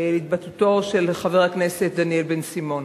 התבטאותו של חבר הכנסת דניאל בן-סימון.